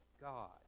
God